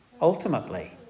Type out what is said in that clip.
ultimately